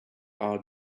are